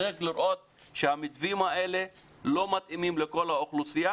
צריך לראות שהמתווים האלה לא מתאימים לכל אוכלוסייה